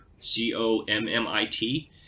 C-O-M-M-I-T